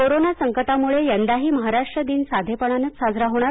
corona संकटामुळे यंदाही महाराष्ट्र दिन साधेपणानंच साजरा होणार